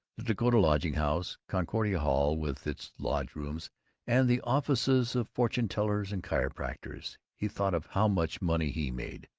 the dakota lodging house, concordia hall with its lodge-rooms and the offices of fortune-tellers and chiropractors, he thought of how much money he made,